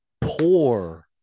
poor